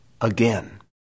again